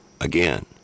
again